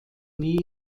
nie